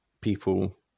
people